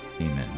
Amen